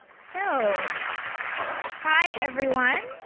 so hi, everyone.